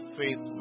faith